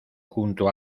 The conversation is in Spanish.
junto